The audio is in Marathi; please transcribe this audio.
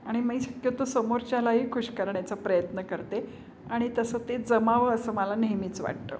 आणि मी शक्यतो समोरच्यालाही खुश करण्याचा प्रयत्न करते आणि तसं ते जमावं असं मला नेहमीच वाटतं